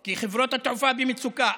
כי חברות התעופה במצוקה.